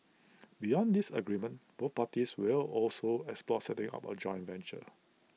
beyond this agreement both parties will also explore setting up A joint venture